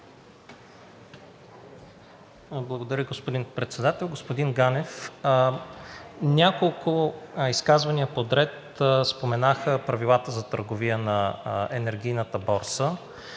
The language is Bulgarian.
Благодаря, господин Председател. Господин Ганев, в няколко изказвания подред се споменаха правилата за търговия на енергийната борса.